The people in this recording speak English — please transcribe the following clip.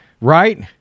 right